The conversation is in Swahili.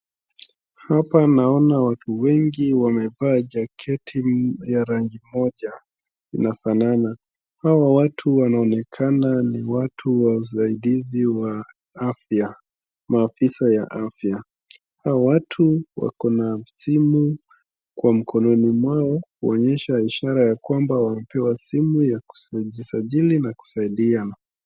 Hapa naona watu wange wamevaa jaketi ya rangi moja inafanana. Hawa watu wanaonekana ni watu wa usaidizi wa afya, maofisa wa afya. Hawa watu wako na simu kwa mkononi mwao wakionyesha ishara ya kwamba wamepewa simu ya kujisajili na kusaidiana.